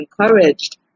encouraged